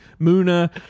Muna